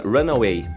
Runaway